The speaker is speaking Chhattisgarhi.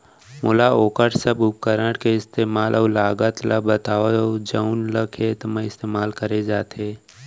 मोला वोकर सब उपकरण के इस्तेमाल अऊ लागत ल बतावव जउन ल खेत म इस्तेमाल करे जाथे?